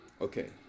Okay